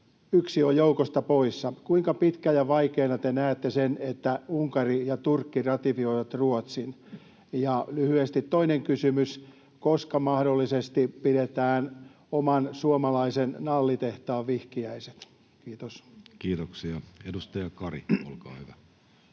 yksi on joukosta poissa. Kuinka pitkänä ja vaikeana te näette sen, että Unkari ja Turkki ratifioivat Ruotsin? Ja lyhyesti toinen kysymys: koska mahdollisesti pidetään oman, suomalaisen nallitehtaan vihkiäiset? — Kiitos. [Speech 400] Speaker: